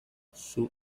sulu